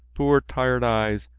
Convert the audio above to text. poor tired eyes,